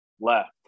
left